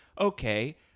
okay